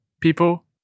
people